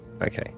Okay